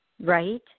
Right